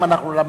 באחריות כוללת.